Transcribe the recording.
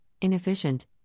inefficient